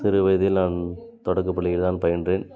சிறு வயதில் நான் தொடக்க பள்ளியில்தான் பயின்றேன்